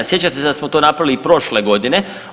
Sjećate se da smo to napravili i prošle godine.